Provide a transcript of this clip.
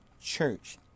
church